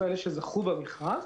אלה שזכו במכרז,